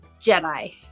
Jedi